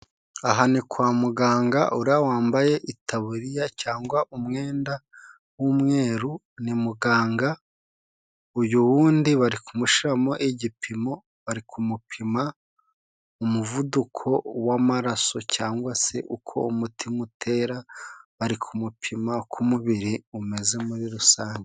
Aha ni kwa muganga. Ura wambaye itaburiya cyangwa umwenda w'umweru ni muganga. Uyu wundi bari kumushyiramo igipimo, bari kumupima umuvuduko w'amaraso cyangwa se uko umutima utera. Bari kumupima uko umubiri umeze muri rusange.